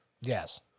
Yes